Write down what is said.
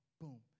Boom